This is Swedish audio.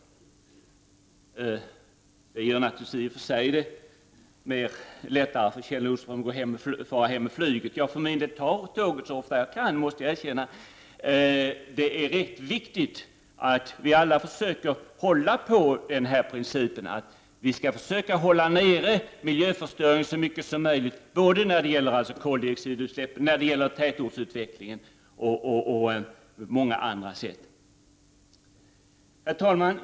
Detta gör det naturligtvis lättare för Kjell Nordström att fara hem med flyget. Jag för min del tar tåget så ofta jag kan, måste jag erkänna. Det är rätt viktigt att vi alla försöker hålla på principen att hålla nere miljöförstöringen så mycket som möjligt, både när det gäller koldioxidutsläppen, tätortsutvecklingen och många andra saker. Herr talman!